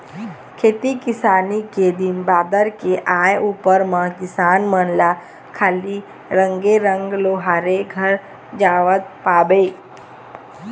खेती किसानी के दिन बादर के आय उपर म किसान मन ल खाली रेंगे रेंगे लोहारे घर जावत पाबे